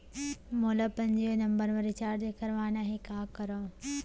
मोला अपन जियो नंबर म रिचार्ज करवाना हे, का करव?